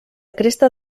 cresta